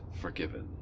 forgiven